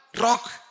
rock